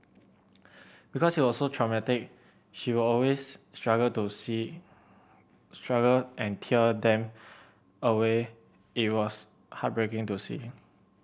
because it was so traumatic she would always struggle to say struggle and tear them away it was heartbreaking to see